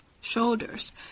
shoulders